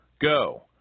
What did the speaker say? Go